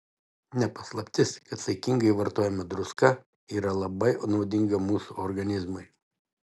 ne paslaptis kad saikingai vartojama druska yra labai naudinga mūsų organizmui